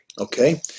okay